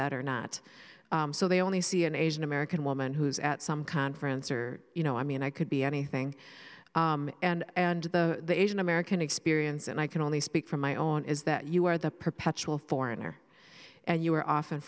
that or not so they only see an asian american woman who's at some conference or you know i mean i could be anything and and the asian american experience and i can only speak from my own is that you are the perpetual foreigner and you are often